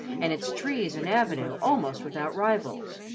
and its trees and avenue almost without rivals.